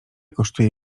kosztuje